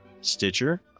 Stitcher